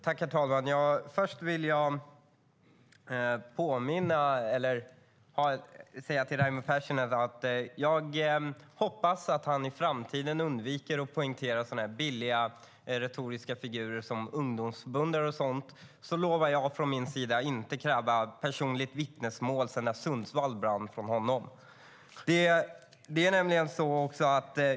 Herr talman! Först vill jag säga till Raimo Pärssinen att jag hoppas att han i framtiden undviker att poängtera billiga retoriska figurer som "ungdomsförbundare" och sådant. Då lovar jag från min sida att inte kräva personligt vittnesmål från honom om när Sundsvall brann.